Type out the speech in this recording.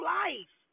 life